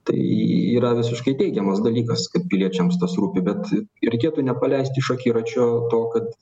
tai yra visiškai teigiamas dalykas kad piliečiams tas rūpi bet reikėtų nepaleisti iš akiračio to kad